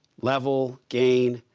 level, gain,